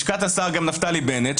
לשכת השר נפתלי בנט,